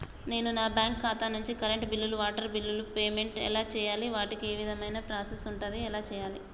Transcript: నేను నా బ్యాంకు ఖాతా నుంచి కరెంట్ బిల్లో వాటర్ బిల్లో పేమెంట్ ఎలా చేయాలి? వాటికి ఏ విధమైన ప్రాసెస్ ఉంటది? ఎలా చేయాలే?